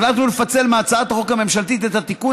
החלטנו לפצל מהצעת החוק הממשלתית את התיקון